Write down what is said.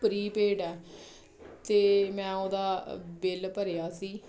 prepaid ਆ ਅਤੇ ਮੈਂ ਉਹਦਾ ਬਿੱਲ ਭਰਿਆ ਸੀ